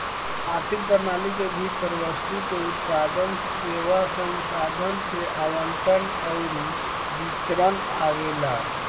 आर्थिक प्रणाली के भीतर वस्तु के उत्पादन, सेवा, संसाधन के आवंटन अउरी वितरण आवेला